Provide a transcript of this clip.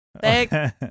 thank